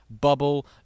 bubble